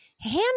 hand